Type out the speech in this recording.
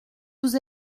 vous